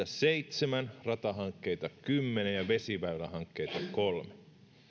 seitsemän ratahankkeita kymmenen ja vesiväylähankkeita kolme